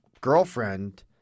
girlfriend